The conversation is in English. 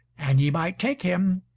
an ye might take him,